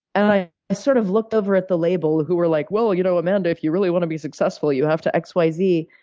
and i ah sort of looked over at the label, who were, like, well, you know, amanda, if you really wanna be successful, you have to x, y, z,